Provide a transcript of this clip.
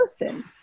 listen